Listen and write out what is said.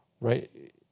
right